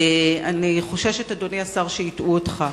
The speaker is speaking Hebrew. אני חוששת, אדוני השר, שהטעו אותך,